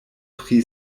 pri